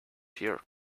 pure